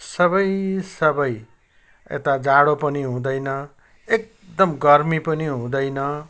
सबै सबै यता जाडो पनि हुँदैन एकदम गर्मी पनि हुँदैन